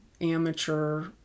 amateur